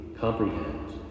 comprehend